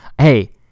Hey